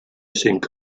cinc